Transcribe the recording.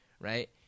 right